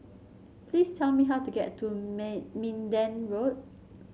please tell me how to get to Mi Minden Road